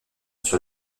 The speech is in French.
sur